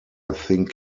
think